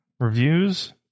Reviews